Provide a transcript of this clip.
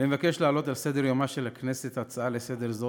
אני מבקש להעלות על סדר-יומה של הכנסת הצעה לסדר-יום